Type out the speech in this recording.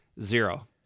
Zero